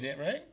right